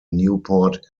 newport